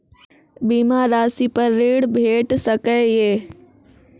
बीमा रासि पर ॠण भेट सकै ये?